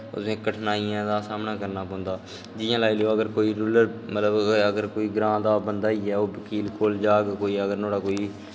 ओह् तुसें कठिनाइयें दा सामना करना पौंदा जि'यां लाई लैओ कोई रुरल अगर कोई ग्रांऽ दा गै बंदा ऐ ओह् बकील कोल जाह्ग अगर नुहाड़ा कोई